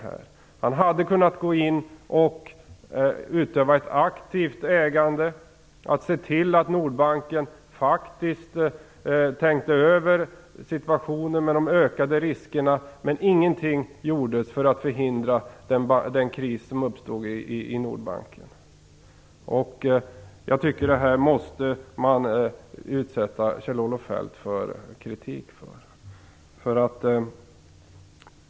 Han hade kunnat gå in och utöva ett aktivt ägande, sett till att man på Nordbanken faktiskt tänkte över situationen med de ökande riskerna. Men ingenting gjordes för att förhindra den kris som uppstod i Nordbanken. För detta måste man utsätta Kjell-Olof Feldt för kritik.